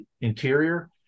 interior